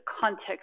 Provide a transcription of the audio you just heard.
context